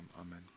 amen